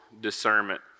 discernment